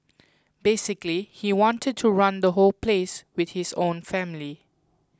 basically he wanted to run the whole place with his own family